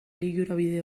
lilurabide